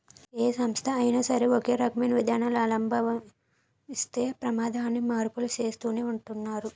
ఏ సంస్థ అయినా సరే ఒకే రకమైన విధానాలను అవలంబిస్తే ప్రమాదమని మార్పులు చేస్తూనే ఉంటున్నారు